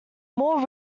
more